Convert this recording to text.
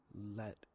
let